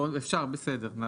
אפשר, בסדר.